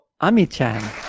Ami-chan